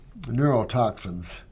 neurotoxins